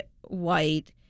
white